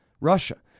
Russia